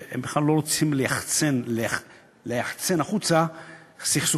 שהם בכלל לא רוצים ליחצן החוצה סכסוכים,